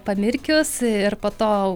pamirkius ir po to